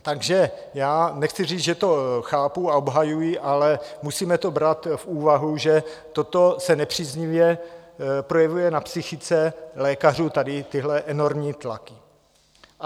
Takže já nechci říct, že to chápu a obhajuji, ale musíme to brát v úvahu, že toto se nepříznivě projevuje na psychice lékařů, tady tyhle enormní tlaky.